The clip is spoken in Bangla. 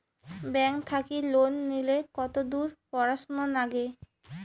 ব্যাংক থাকি লোন নিলে কতদূর পড়াশুনা নাগে?